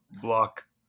block